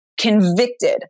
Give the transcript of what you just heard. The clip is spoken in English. convicted